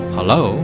Hello